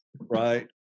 Right